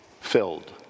filled